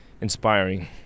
inspiring